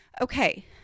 Okay